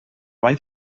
vall